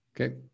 Okay